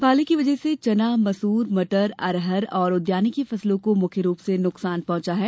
पाले कीवजह से चना मसूर मटर अरहर और उदयानिकी फसलों को मुख्य रूप से नुकसान पहुँचा है